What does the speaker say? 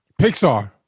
Pixar